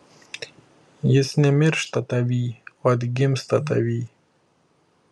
jis nemiršta tavyj o atgimsta tavyj